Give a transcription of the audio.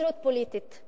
כשרות פוליטית?